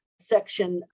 Section